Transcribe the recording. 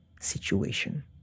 situation